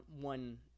one